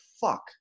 fuck